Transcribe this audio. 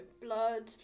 blood